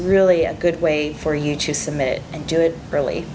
really a good way for you to submit and do it early